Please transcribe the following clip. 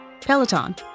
Peloton